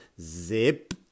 Zip